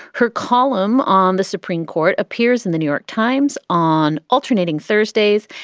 her column on the supreme court appears in the new york times on alternating thursdays,